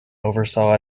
oversaw